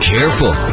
Careful